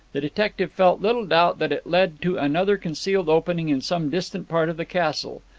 the detective felt little doubt that it led to another concealed opening in some distant part of the castle.